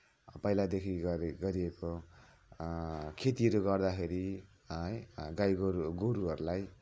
जति पनि पहिलादेखि गरिएको खेतीहरू गर्दाखेरि गाईगोरु गोरुहरूलाई